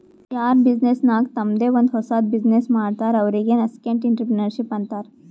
ಯಾರ್ ಬಿಸಿನ್ನೆಸ್ ನಾಗ್ ತಂಮ್ದೆ ಒಂದ್ ಹೊಸದ್ ಬಿಸಿನ್ನೆಸ್ ಮಾಡ್ತಾರ್ ಅವ್ರಿಗೆ ನಸ್ಕೆಂಟ್ಇಂಟರಪ್ರೆನರ್ಶಿಪ್ ಅಂತಾರ್